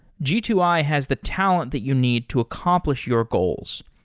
g two i has the talent that you need to accomplish your goals.